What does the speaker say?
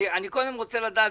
אני קודם רוצה לדעת,